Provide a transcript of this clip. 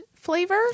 flavor